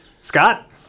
Scott